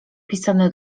pisane